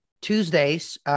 Tuesdays